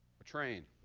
a train,